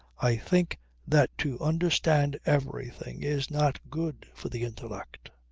i think that to understand everything is not good for the intellect.